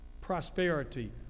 prosperity